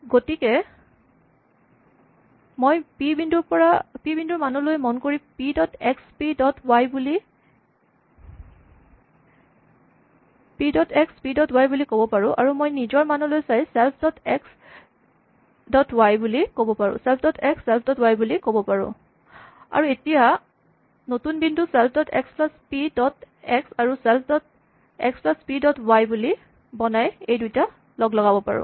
গতিকে মই পি বিন্দুৰ মানলৈ মন কৰি P dot X P dot Y বুলি ক'ব পাৰোঁ আৰু মই নিজৰ মানলৈ চায় self dot X self dot Y বুলি ক'ব পাৰো আৰু মই এতিয়া এটা নতুন বিন্দু self dot X plus P dot X আৰু self dot X plus P dot Y বুলি বনাই এই দুইটা লগলগাব পাৰোঁ